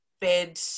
bed